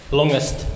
longest